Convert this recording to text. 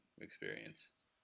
experience